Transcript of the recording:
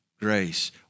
grace